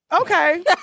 Okay